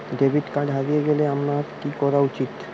Debit card হারিয়ে গেলে আমার কি করা উচিৎ?